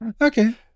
Okay